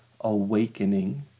awakening